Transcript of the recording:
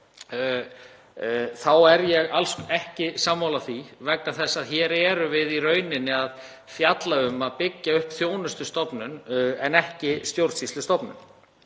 þá er ég alls ekki sammála því vegna þess að hér erum við í rauninni að fjalla um að byggja upp þjónustustofnun en ekki stjórnsýslustofnun.